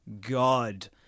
God